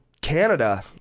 Canada